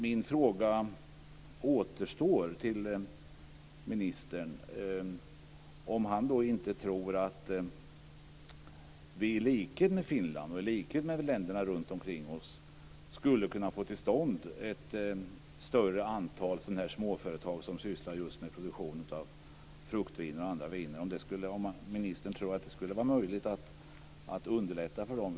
Min fråga till ministern återstår, om han inte tror att vi i likhet med Finland och länderna runtomkring oss skulle kunna få till stånd ett större antal sådana här småföretag som sysslar just med produktion av fruktviner och andra viner, om ministern tror att det skulle vara möjligt att underlätta för dem.